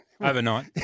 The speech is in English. Overnight